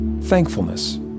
thankfulness